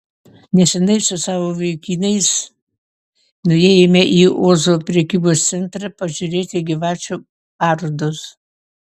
neseniai su savo vaikinais nuėjome į ozo prekybos centrą pažiūrėti gyvačių parodos